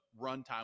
runtime